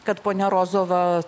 kad ponia rozova